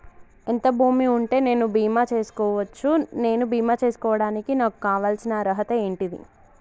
ఎంత భూమి ఉంటే నేను బీమా చేసుకోవచ్చు? నేను బీమా చేసుకోవడానికి నాకు కావాల్సిన అర్హత ఏంటిది?